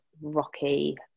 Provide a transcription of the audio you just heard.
rocky